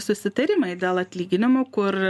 susitarimai dėl atlyginimų kur